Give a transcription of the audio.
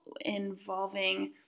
involving